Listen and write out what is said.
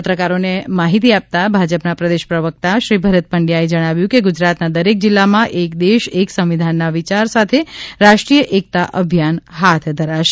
પત્રકારોને આ માહિતી આપતા ભાજપના પ્રદેશ પ્રવક્તા શ્રી ભરત પંડ્યાએ જણાવ્યું કે ગુજરાતના દરેક જિલ્લામાં એક દેશ એક સંવિધનના વિચાર સાથે રાષ્ટ્રીય એકતા અભિયાન હાથ ધરાશે